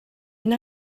wna